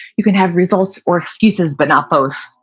you can have results or excuses, but not both.